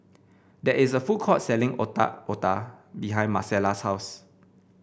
there is a food court selling Otak Otak behind Marcella's house